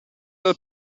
del